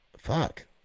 fuck